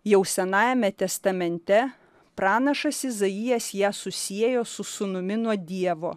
jau senajame testamente pranašas izaijas ją susiejo su sūnumi nuo dievo